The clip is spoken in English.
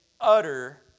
utter